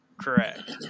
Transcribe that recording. Correct